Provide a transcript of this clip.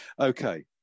Okay